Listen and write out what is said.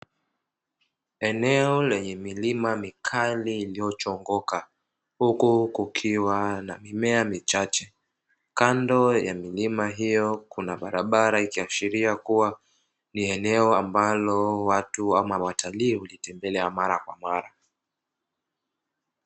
Eneo lenye milima mikali iliyochongoka huku kukiwa na mimea michache, kando ya milima hiyo kuna barabara ikiashiria kuwa ni eneo ambalo watu au watalii hutembelea mara kwa mara.